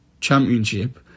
championship